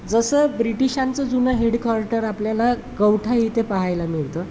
जसं ब्रिटिशांचं जुनं हेडक्वॉटर आपल्याला कौठा इथे पाहायला मिळतं